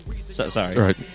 Sorry